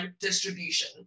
distribution